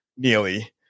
Nearly